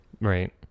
right